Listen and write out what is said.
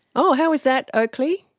oh, how was that, oakley?